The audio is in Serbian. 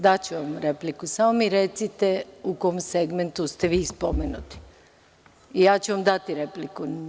Daću vam repliku, samo mi recite u kom segmentu ste vi spomenuti i ja ću vam dati repliku.